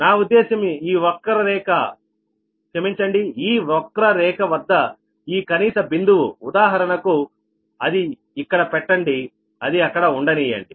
నా ఉద్దేశ్యం ఈ వక్రరేఖ వద్ద ఈ కనీస బిందువు ఉదాహరణకు అది ఇక్కడ పెట్టండి అది అక్కడ ఉండనీయండి